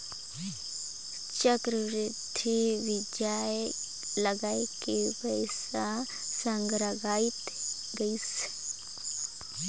चक्रबृद्धि बियाज लगाय के पइसा संघरात गइस